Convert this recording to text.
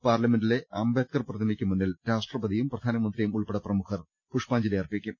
പാർലമെന്റിലെ അംബേ ദ്കർ പ്രതിമക്ക് മുന്നിൽ രാഷ്ട്രപതിയും പ്രധാനമന്ത്രിയും ഉൾപ്പെടെ പ്രമുഖർ പുഷ്പാഞ്ജലി അർപ്പിക്കും